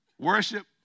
Worship